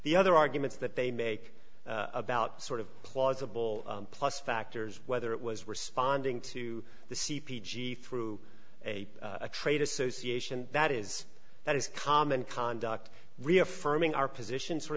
the other arguments that they make about sort of plausible plus factors whether it was responding to the c p g through a a trade association that is that is common conduct reaffirming our position sort